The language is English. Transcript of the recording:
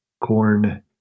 Corn